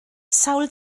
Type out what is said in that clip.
sawl